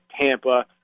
Tampa